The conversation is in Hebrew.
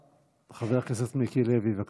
חבר הכנסת מיקי לוי, בבקשה,